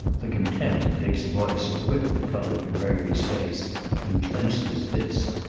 the contempt in dick's voice whipped the color to gregory's face and clenched his fist.